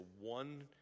one